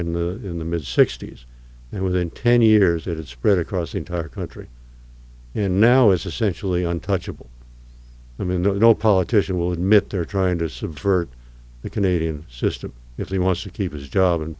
in the in the mid sixty's and within ten years it had spread across the entire country and now it's essentially untouchable i mean no politician will admit they're trying to subvert the canadian system if they want to keep his job in